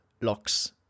locks